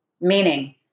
Meaning